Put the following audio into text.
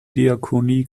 diakonie